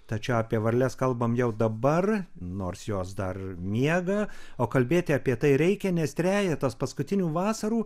tai čia apie varles kalbam jau dabar nors jos dar miega o kalbėti apie tai reikia nes trejetas paskutinių vasarų